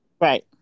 Right